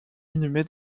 inhumé